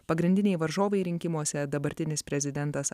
pagrindiniai varžovai rinkimuose dabartinis prezidentas